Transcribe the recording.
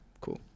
Cool